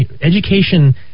education